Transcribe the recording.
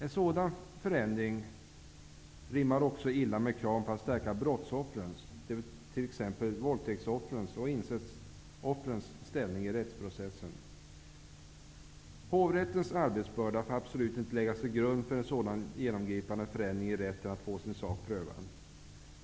En sådan förändring rimmar också illa med kravet att stärka brottsoffrens, t.ex. våldtäktsoffrens och incestoffrens, ställning i rättsprocessen. Hovrätternas arbetsbörda får absolut inte läggas till grund för en så genomgripande förändring i rätten att få sin sak prövad.